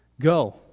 go